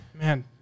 Man